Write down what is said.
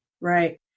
Right